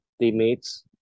teammates